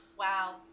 Wow